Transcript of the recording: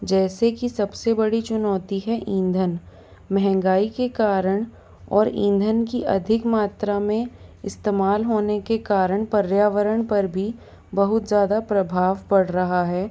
जैसे कि सबसे बड़ी चुनौती है ईंधन महंगाई के कारण और ईंधन की अधिक मात्रा में इस्तेमाल होने के कारण पर्यावरण पर भी बहुत ज़्यादा प्रभाव पड़ रहा है